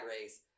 Race